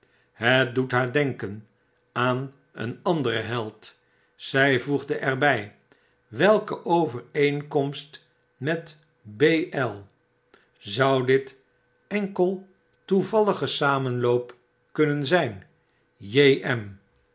het doet haar denken aan een anderen held zij voegt er bfl welke overeenkomst met b l zou dit enkel toevallige samenloop kunnen zgn j m